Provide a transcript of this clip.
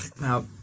Now